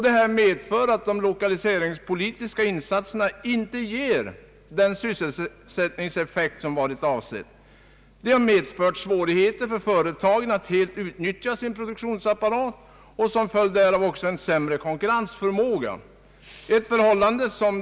Detta medför att de lokaliseringspolitiska insatserna inte ger den sysselsättningseffekt som varit avsedd. Det har medfört svårigheter för företagen att helt utnyttja sin produktionsapparat och som följd därav också en sämre konkurrensför måga.